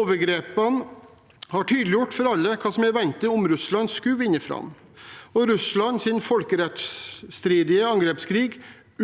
Overgrepene har tydeliggjort for alle hva som er ventet om Russland skulle vinne fram, og Russlands folkerettsstridige angrepskrig